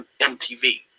MTV